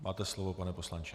Máte slovo, pane poslanče.